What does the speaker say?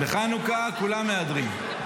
בחנוכה כולם מהדרין.